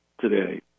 today